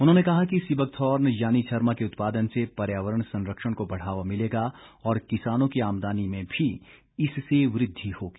उन्होंने कहा कि सीबकथॉर्न यानि छरमा के उत्पादन से पर्यावरण संरक्षण को बढ़ावा मिलेगा और किसानों की आमदनी में भी इससे वृद्धि होगी